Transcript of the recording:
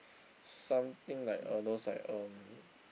something like uh those like um